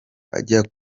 ajya